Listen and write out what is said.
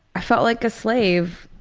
i felt like a slave.